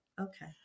Okay